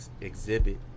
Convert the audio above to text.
exhibit